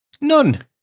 None